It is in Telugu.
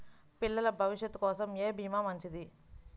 పిల్లల భవిష్యత్ కోసం ఏ భీమా మంచిది?